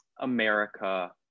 America